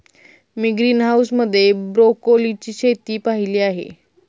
मी greenhouse मध्ये ब्रोकोलीची शेती पाहीली आहे